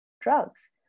drugs